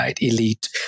elite